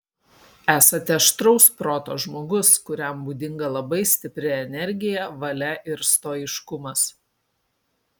esate aštraus proto žmogus kuriam būdinga labai stipri energija valia ir stoiškumas